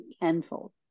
tenfold